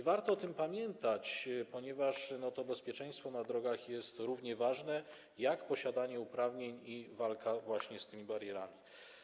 Warto o tym pamiętać, ponieważ bezpieczeństwo na drogach jest równie ważne, jak posiadanie uprawnień i walka ze wspomnianymi barierami.